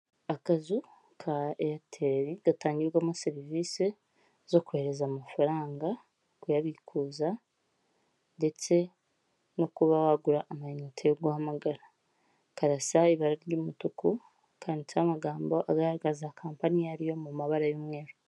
Akazu ka airtel gatangirwamo serivisi zo kohereza amafaranga kuyabikuza ndetse no kuba wagura amayinet yo guhamagara karasa ibara ry'umutuku kanditseho amagambo agaragaza kampany ariyo mw,ibara y'umweru.